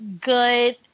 good